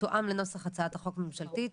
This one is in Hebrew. תתואם לנוסח הצעת החוק ממשלתית